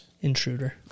Intruder